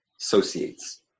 associates